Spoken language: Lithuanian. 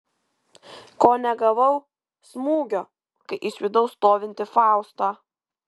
ko negavau smūgio kai išvydau stovintį faustą